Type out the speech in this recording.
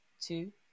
two